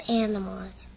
animals